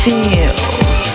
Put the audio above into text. Feels